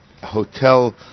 hotel